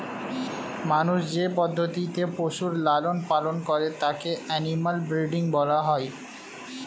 মানুষ যে পদ্ধতিতে পশুর লালন পালন করে তাকে অ্যানিমাল ব্রীডিং বলা হয়